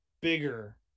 bigger